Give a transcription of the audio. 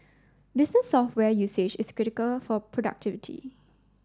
business software usage is critical for productivity